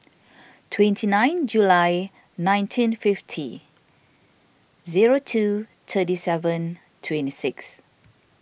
twenty nine July nineteen fifty zero two thirty seven twenty six